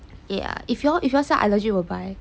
ya if you all sell I legit will buy